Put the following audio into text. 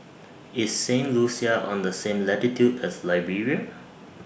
IS Saint Lucia on The same latitude as Liberia